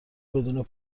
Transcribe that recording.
بدون